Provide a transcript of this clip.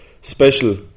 special